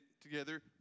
together